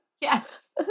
Yes